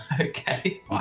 Okay